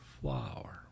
flower